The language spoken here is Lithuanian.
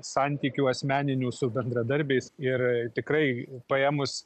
santykių asmeninių su bendradarbiais ir tikrai paėmus